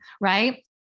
right